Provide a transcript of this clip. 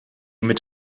mit